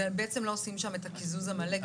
ושם לא עושים את הקיזוז המלא כמו שהיה קודם.